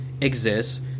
exists